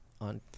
on